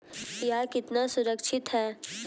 यह कितना सुरक्षित है?